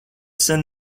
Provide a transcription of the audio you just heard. sen